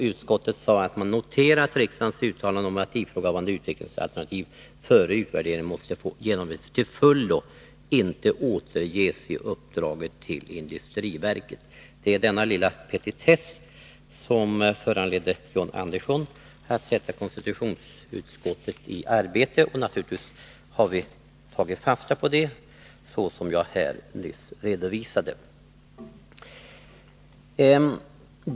Utskottet sade att man ”noterar att riksdagens uttalande om att ifrågavarande utvecklingsalternativ före utvärderingen måste ”få genomarbetas till fullo” inte återges i uppdraget till industriverket”. Det är denna lilla petitess som har föranlett John Andersson att sätta konstitutionsutskottet i arbete. Vi har naturligtvis tagit fasta på det, som jag nyss redovisade.